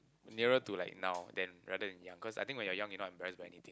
nearer to like now then rather than young cause I think when you're young you're not embarrassed by anything